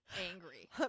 angry